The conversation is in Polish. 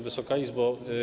Wysoka Izbo!